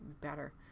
better